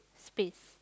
space